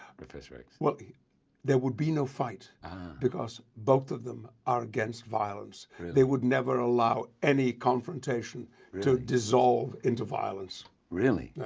professor x? well there would be no fight because both of them are against violence they would never allow any confrontation to dissolve into violence really?